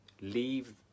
leave